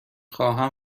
خواهم